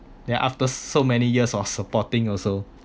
then after so many years of supporting also